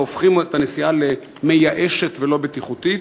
שהופכים את הנסיעה למייאשת ולא בטיחותית?